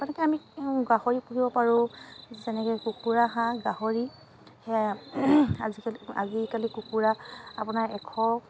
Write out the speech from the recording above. গতিকে আমি গাহৰি পুহিব পাৰোঁ যেনেকে কুকুৰা হাঁহ গাহৰি সেয়া আজিকালি আজিকালি কুকুৰা আপোনাৰ এশ